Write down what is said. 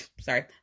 sorry